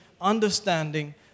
understanding